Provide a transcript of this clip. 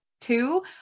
two